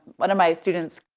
one of my students,